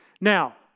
Now